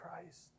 Christ